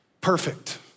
perfect